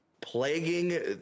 plaguing